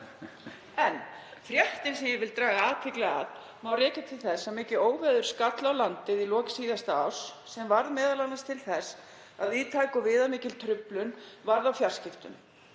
En fréttina, sem ég vil draga athygli að, má rekja til þess að mikið óveður skall á landið í lok síðasta árs sem varð m.a. til þess að víðtæk og viðamikil truflun varð á fjarskiptum.